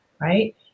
Right